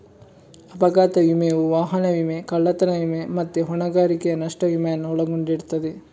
ಅಪಘಾತ ವಿಮೆಯು ವಾಹನ ವಿಮೆ, ಕಳ್ಳತನ ವಿಮೆ ಮತ್ತೆ ಹೊಣೆಗಾರಿಕೆಯ ನಷ್ಟ ವಿಮೆಯನ್ನು ಒಳಗೊಂಡಿರ್ತದೆ